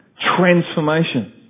transformation